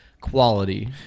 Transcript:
quality